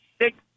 six